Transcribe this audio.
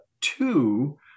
two